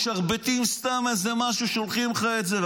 הם משרבטים סתם איזה משהו, שולחים לך את זה.